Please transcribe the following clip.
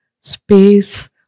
space